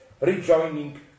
rejoining